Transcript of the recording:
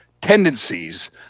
tendencies